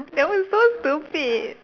that was so stupid